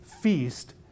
feast